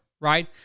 right